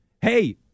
Hey